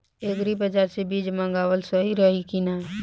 Agri बाज़ार से बीज मंगावल सही रही की ना?